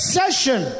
session